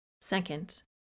Second